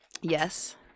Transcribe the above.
Yes